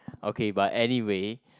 okay but anyway